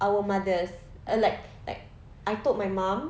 our mothers like like I told my mum